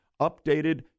updated